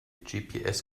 gps